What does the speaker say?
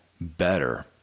better